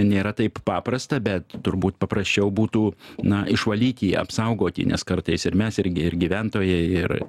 nėra taip paprasta bet turbūt paprasčiau būtų na išvalyti apsaugoti nes kartais ir mes irgi ir gyventojai ir